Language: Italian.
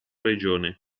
regione